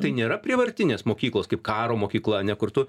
tai nėra prievartinės mokyklos kaip karo mokykla ane kur tu